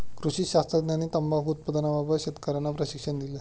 कृषी शास्त्रज्ञांनी तंबाखू उत्पादनाबाबत शेतकर्यांना प्रशिक्षण दिले